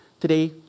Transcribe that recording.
today